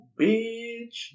bitch